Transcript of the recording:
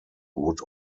would